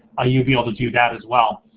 ah you'd be able to do that as well.